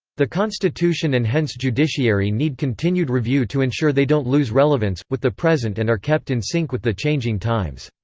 the constitution and hence judiciary need continued review to ensure they don't lose relevance, with the present and are kept in synch with the changing times.